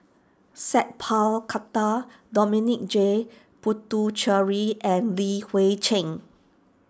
Sat Pal Khattar Dominic J Puthucheary and Li Hui Cheng